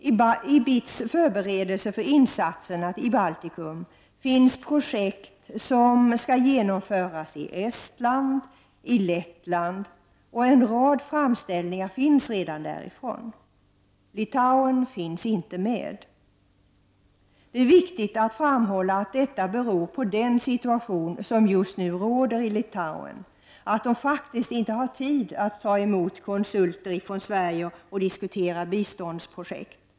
I BITS förberedelser för insatserna i Baltikum finns projekt som skall genomföras i Estland och i Lettland, och en rad framställningar därifrån. Litauen finns inte med. Det är viktigt att framhålla att detta beror på den situation som just nu råder i Litauen — att man faktiskt inte har tid att ta emot konsulter från Sverige för att diskutera biståndsprojekt.